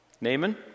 Naaman